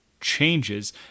changes